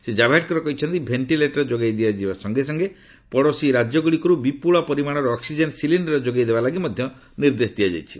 ଶ୍ରୀ ଜାବ୍ଡେକର କହିଛନ୍ତି ଭେଷ୍ଟିଲେଟର୍ ଯୋଗାଇ ଦିଆଯିବା ସଙ୍ଗେ ସଙ୍ଗେ ପଡ଼ୋଶୀ ରାଜ୍ୟଗୁଡ଼ିକରୁ ବିପୁଳ ପରିମାଣର ଅକ୍ଟିକେନ୍ ସିଲିକ୍ଷର୍ ଯୋଗାଇ ଦେବାଲାଗି ମଧ୍ୟ ନିର୍ଦ୍ଦେଶ ଦିଆଯାଇଛି